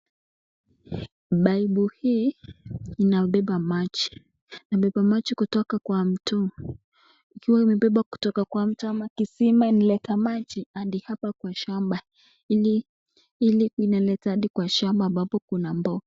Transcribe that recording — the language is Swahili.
Paipu hii inabeba maji. Inabeba maji kutoka kwa mto, ikiwa imebeba kutoka kwa mto ama kisima inaleta maji hadi hapa kwa shamba ili, ili inaleta hadi kwa shamba ambapo kuna mboga.